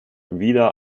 wieder